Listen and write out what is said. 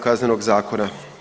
Kaznenog zakona.